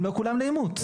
הם לא כולם לאימוץ.